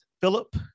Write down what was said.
Philip